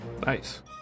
Nice